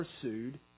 pursued